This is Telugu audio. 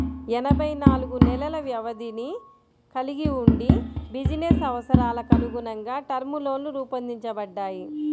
ఎనభై నాలుగు నెలల వ్యవధిని కలిగి వుండి బిజినెస్ అవసరాలకనుగుణంగా టర్మ్ లోన్లు రూపొందించబడ్డాయి